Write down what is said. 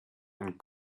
and